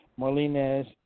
Marlenez